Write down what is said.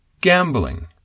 gambling